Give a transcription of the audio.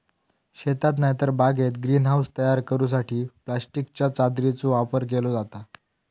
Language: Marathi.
शेतात नायतर बागेत ग्रीन हाऊस तयार करूसाठी प्लास्टिकच्या चादरीचो वापर केलो जाता